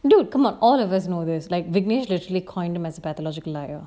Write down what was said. dude come on all of us know this like vinesh actually called him as a pathological liar